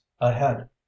ahead